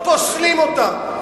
פוסלים אותם,